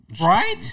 Right